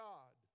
God